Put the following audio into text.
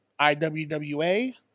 IWWA